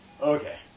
Okay